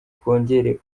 twongere